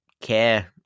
care